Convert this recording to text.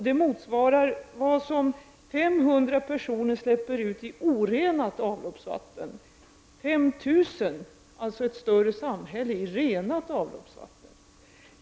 Det motsvarar vad 500 personer släpper ut i form av orenat avloppsvatten och 5 000, alltså ett större samhälle, i form av renat avloppsvatten.